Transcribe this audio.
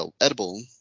edible